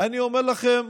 אני אומר לכם,